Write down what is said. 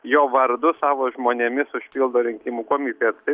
jo vardu savo žmonėmis užpildo rinkimų komitetai